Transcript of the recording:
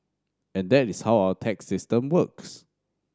and that is how our tax system works